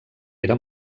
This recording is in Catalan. era